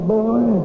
boy